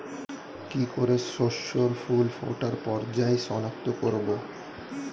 কি করে শস্যের ফুল ফোটার পর্যায় শনাক্ত করব?